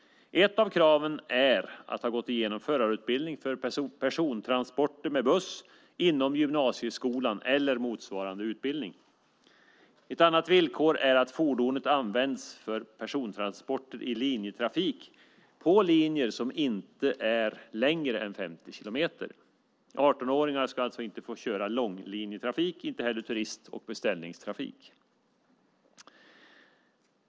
Ett av kraven är att man ska ha gått igenom förarutbildning för persontransporter med buss inom gymnasieskola eller motsvarande utbildning. Ett annat villkor är att fordonet används för persontransporter i linjetrafik på linjer som inte är längre än 50 kilometer. 18-åringar ska alltså inte få köra långlinjetrafik, inte heller turist och beställningstrafik.